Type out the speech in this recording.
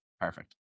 Perfect